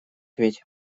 ведь